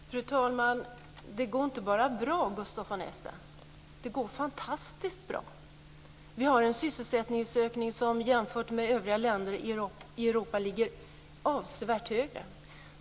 Fru talman! Det går inte bara bra, Gsutaf von Essen, det går fantastiskt bra. Vi har en sysselsättningsökning som jämfört med övriga länder i Europa ligger avsevärt högre.